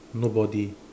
nobody